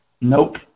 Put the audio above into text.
Nope